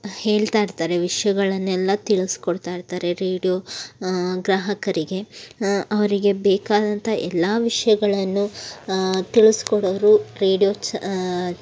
ಹೇಳ್ತಾ ಇರ್ತಾರೆ ವಿಷಯಗಳನ್ನೆಲ್ಲ ತಿಳಿಸ್ಕೊಡ್ತಾ ಇರ್ತಾರೆ ರೇಡ್ಯೋ ಗ್ರಾಹಕರಿಗೆ ಅವರಿಗೆ ಬೇಕಾದಂಥ ಎಲ್ಲ ವಿಷಯಗಳನ್ನು ತಿಳಿಸ್ಕೊಡೋರು ರೇಡ್ಯೋ ಚ